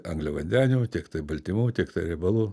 angliavandenių tiek tai baltymų tiek tai riebalų